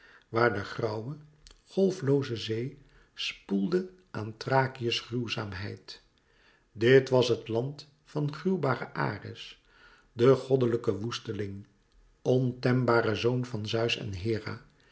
waar de grauwe golflooze zee spoelde aan thrakië's gruwzaamheid dit was het land van gruwbaren ares den goddelijken woesteling ontembare zoon van zeus en hera